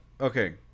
okay